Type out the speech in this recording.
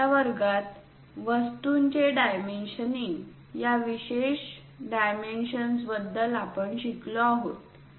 आजच्या वर्गात वस्तूंचे डायमेन्शनिंग या विशेष डायमेन्शन्स बद्दल आपण शिकलो आहोत